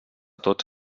tots